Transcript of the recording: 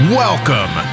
welcome